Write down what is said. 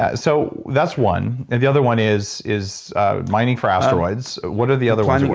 ah so that's one. and the other one is is ah mining for asteroids. what are the other ones?